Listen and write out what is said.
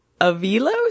Avilos